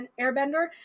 Airbender